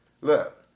Look